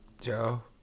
Joe